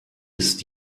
ist